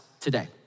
today